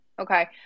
Okay